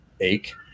ache